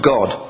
God